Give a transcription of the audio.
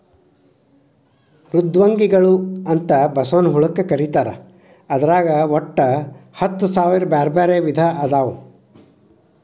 ಮೃದ್ವಂಗಿಗಳು ಅಂತ ಬಸವನ ಹುಳಕ್ಕ ಕರೇತಾರ ಅದ್ರಾಗ ಒಟ್ಟ ಹತ್ತಸಾವಿರ ಬ್ಯಾರ್ಬ್ಯಾರೇ ವಿಧ ಅದಾವು